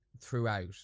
throughout